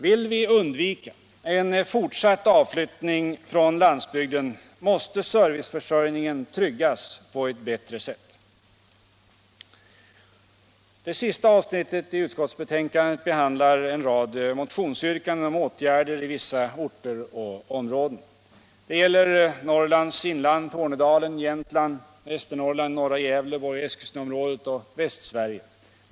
Vill vi undvika en fortsatt avflyttning från landsbygden måste serviceförsörjningen tryggas på ett bättre sätt. Det sista avsnittet i utskottsbetänkandet behandlar en rad motionsyrkanden om åtgärder i vissa orter och områden. Det gäller Norrlands inland, Tornedalen, Jämtland, Västernorrland, norra delen av Gävleborgs län, Eskilstunaområdet och Västsverige.